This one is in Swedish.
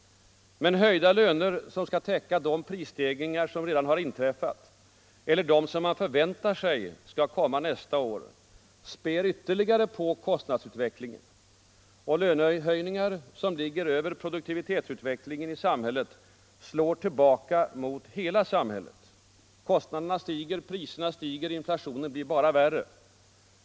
Men höjda löner som skall täcka de prisstegringar som redan inträffat eller som man förväntar sig skall komma nästa år späder ytterligare på kostnadsutvecklingen. Lönehöjningar som ligger över produktivitetsutvecklingen i samhället slår tillbaka mot hela samhället. Kostnaderna stiger. Priserna stiger. Inflationen blir bara värre.